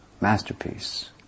Masterpiece